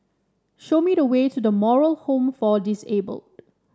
show me the way to The Moral Home for Disabled